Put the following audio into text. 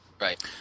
Right